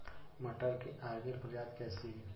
मटर की अर्किल प्रजाति कैसी है?